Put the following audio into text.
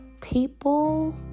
people